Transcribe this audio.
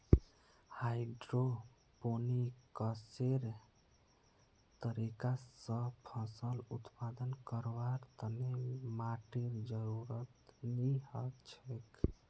हाइड्रोपोनिक्सेर तरीका स फसल उत्पादन करवार तने माटीर जरुरत नी हछेक